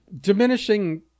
diminishing